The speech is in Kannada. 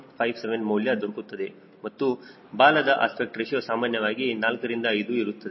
57 ಮೌಲ್ಯ ದೊರಕುತ್ತದೆ ಮತ್ತು ಬಾಲದ ಅಸ್ಪೆಕ್ಟ್ ರೇಶಿಯೋ ಸಾಮಾನ್ಯವಾಗಿ 4ರಿಂದ 5 ಇರುತ್ತದೆ